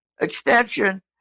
extension